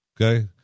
Okay